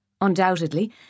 Undoubtedly